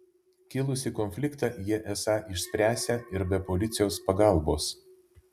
kilusį konfliktą jie esą išspręsią ir be policijos pagalbos